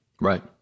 Right